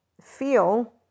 feel